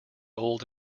old